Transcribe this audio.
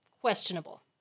questionable